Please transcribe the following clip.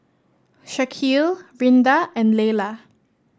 Shaquille Rinda and Leyla